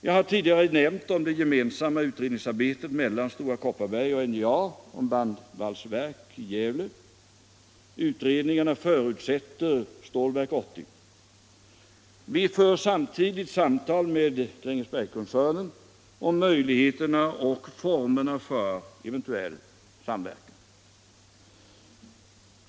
Jag har tidigare nämnt om det gemensamma utredningsarbetet mellan Stora Kopparberg och NJA om ett bandvalsverk i Gävle. Utredningarna förutsätter Stålverk 80. Samtidigt för regeringen samtal med Grängesbergskoncernen om möjligheterna och formerna för eventuell samverkan.